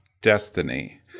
Destiny